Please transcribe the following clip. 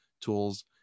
tools